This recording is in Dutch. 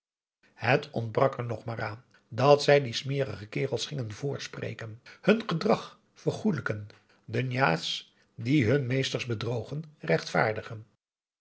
het ontbrak er nog maar aan dat zij die smerige kerels gingen voorspreken hun gedrag vergoelijken de njai's die hun meesters bedrogen rechtvaardigen